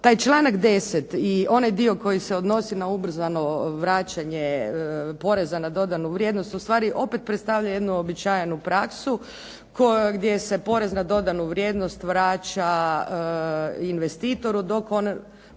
taj članak 10. i onaj dio koji se odnosi na ubrzano vraćanje poreza na dodanu vrijednost ustvari opet predstavlja jednu uobičajenu praksu gdje se porez na dodanu vrijednost vraća investitoru dok po